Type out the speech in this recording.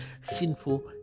Sinful